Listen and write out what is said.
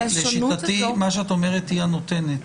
לשיטתי, מה שאת אומרת היא הנותנת.